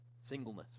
Singleness